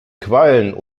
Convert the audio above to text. quallen